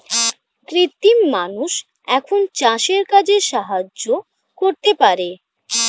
কৃত্রিম মানুষ এখন চাষের কাজে সাহায্য করতে পারে